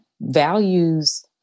values